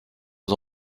aux